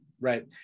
right